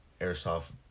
Airsoft